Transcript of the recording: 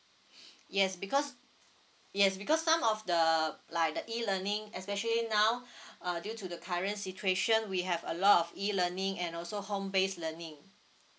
yes because yes because some of the like the e learning especially now uh due to the current situation we have a lot of e learning and also home based learning